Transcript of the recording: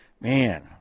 man